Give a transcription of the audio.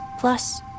Plus